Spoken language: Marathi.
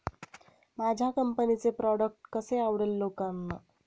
माझ्या कंपनीचे प्रॉडक्ट कसे आवडेल लोकांना?